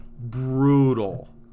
Brutal